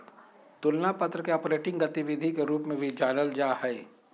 तुलना पत्र के ऑपरेटिंग गतिविधि के रूप में भी जानल जा हइ